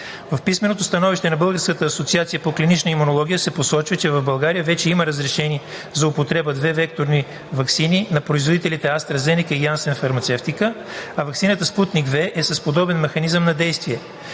В писменото становище на Българската асоциация по клинична имунология се посочва, че в България вече има разрешени за употреба две векторни ваксини на производителите AstraZeneca и Janssen Pharmaceutica, а ваксината „Спутник V“ е с подобен механизъм на действие.